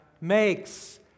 makes